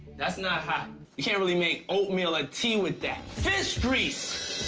that's not hot. you can't really make oatmeal or tea with that. fish grease!